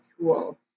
tool